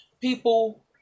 people